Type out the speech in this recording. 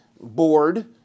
board